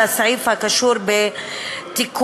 לסעיף הקשור לתיקון.